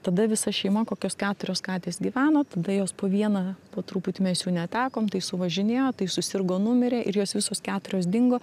tada visa šeima kokios keturios katės gyveno tada jos po vieną po truputį mes jų netekom tai suvažinėjo tai susirgo numirė ir jos visos keturios dingo